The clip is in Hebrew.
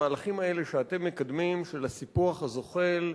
המהלכים האלה שאתם מקדמים של הסיפוח הזוחל,